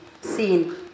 seen